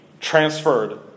transferred